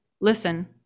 listen